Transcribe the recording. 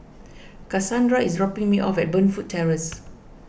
Kasandra is dropping me off at Burnfoot Terrace